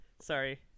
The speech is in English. Sorry